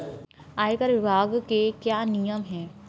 आयकर विभाग के क्या नियम हैं?